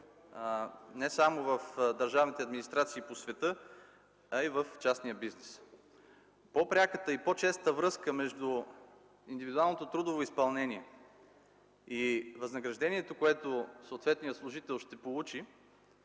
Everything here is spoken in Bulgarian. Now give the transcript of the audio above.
не само в държавните администрации по света, но и в частния бизнес. По-пряката и по-честата връзка между индивидуалното трудово изпълнение и възнаграждението, което ще получи съответният служител, според